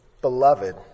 Beloved